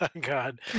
God